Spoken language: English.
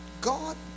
God